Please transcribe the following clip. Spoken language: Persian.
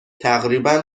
تقریبا